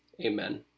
Amen